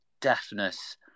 deafness